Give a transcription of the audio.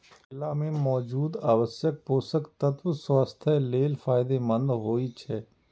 केला मे मौजूद आवश्यक पोषक तत्व स्वास्थ्य लेल फायदेमंद होइ छै